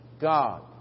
God